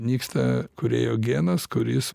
nyksta kūrėjo genas kuris